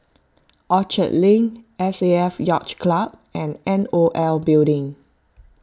Orchard Link S A F Yacht Club and N O L Building